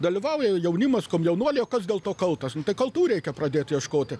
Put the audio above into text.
dalyvauja jaunimas komjaunuoliai o kas dėl to kaltas nu tai kaltų reikia pradėt ieškoti